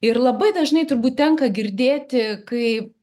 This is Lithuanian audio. ir labai dažnai turbūt tenka girdėti kai